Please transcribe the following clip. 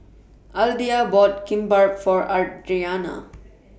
Alda bought Kimbap For Adrianna